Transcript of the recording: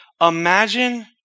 Imagine